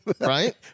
Right